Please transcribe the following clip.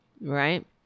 right